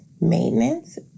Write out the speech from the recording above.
maintenance